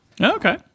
Okay